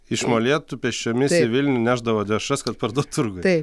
iš molėtų pėsčiomis į vilnių nešdavo dešras kad parduot turguje